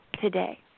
today